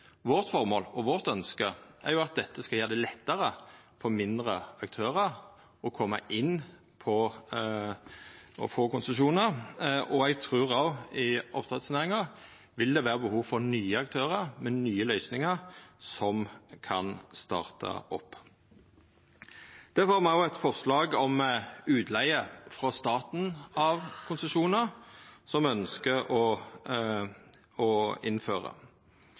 Vårt formål og vårt ønske er at dette skal gjera det lettare for mindre aktørar å koma inn og få konsesjonar. Eg trur at i oppdrettsnæringa vil det vera behov for nye aktørar med nye løysingar som kan starta opp. Me har òg eit forslag om at staten leiger ut konsesjonar, som me ønskjer å innføra.